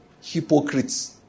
Hypocrites